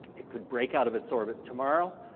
it could break out of its orbit tomorrow,